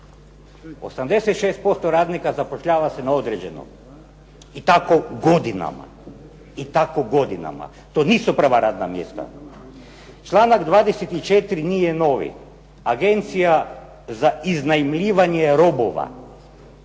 86% radnika zapošljava se na određeno i tako godinama. To nisu prva radna mjesta. Članak 24. nije novi. Agencija za iznajmljivanje robova.